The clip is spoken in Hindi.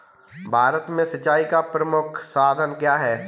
भारत में सिंचाई का प्रमुख साधन क्या है?